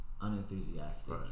unenthusiastic